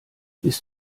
bist